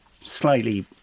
slightly